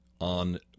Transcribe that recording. on